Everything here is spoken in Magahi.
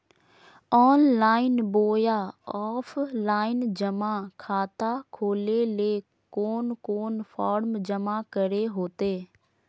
ऑनलाइन बोया ऑफलाइन जमा खाता खोले ले कोन कोन फॉर्म जमा करे होते?